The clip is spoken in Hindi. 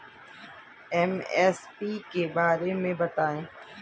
एम.एस.पी के बारे में बतायें?